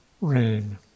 Rain